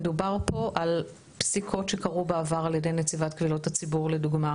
מדובר פה על פסיקות שקרו בעבר על ידי נציבת קבילות הציבור לדוגמה,